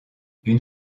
une